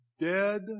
dead